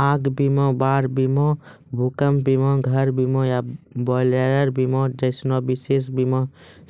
आग बीमा, बाढ़ बीमा, भूकंप बीमा, घर बीमा या बॉयलर बीमा जैसनो विशेष बीमा